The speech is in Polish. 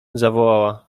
zawołała